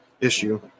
issue